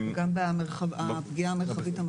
גם הפגיעה המרחבית המשמעותית.